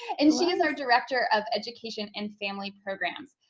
and she is our director of education and family programs,